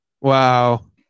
wow